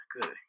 Good